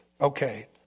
Okay